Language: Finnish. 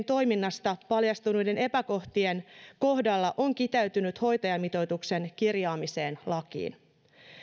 toiminnasta paljastuneiden epäkohtien kohdalla on kiteytynyt hoitajamitoituksen kirjaamiseen lakiin se